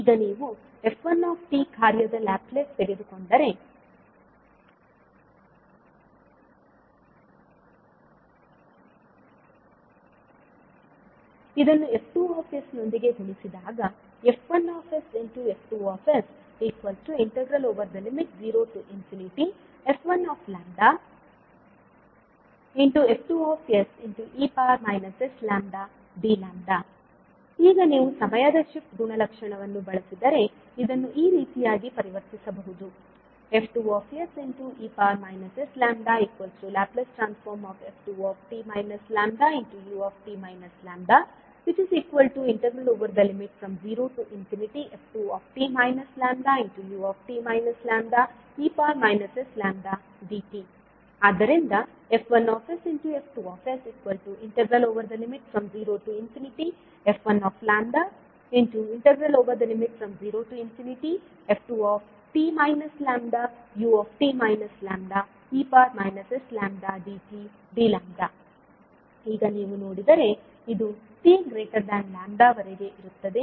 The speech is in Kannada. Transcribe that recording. ಈಗ ನೀವು f1 ಕಾರ್ಯದ ಲ್ಯಾಪ್ಲೇಸ್ ತೆಗೆದುಕೊಂಡರೆ ಇದನ್ನು F2 ನೊಂದಿಗೆ ಗುಣಿಸಿದಾಗ ಈಗ ನೀವು ಸಮಯದ ಶಿಫ್ಟ್ ಗುಣಲಕ್ಷಣವನ್ನು ಬಳಸಿದರೆ ಇದನ್ನು ಈ ರೀತಿಯಾಗಿ ಪರಿವರ್ತಿಸಬಹುದು ಆದ್ದರಿಂದ ಈಗ ನೀವು ನೋಡಿದರೆ ಇದು tλ ವರೆಗೆ ಇರುತ್ತದೆ